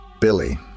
Billy